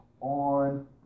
on